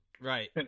right